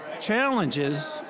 Challenges